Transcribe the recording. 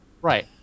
Right